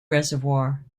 reservoir